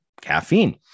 caffeine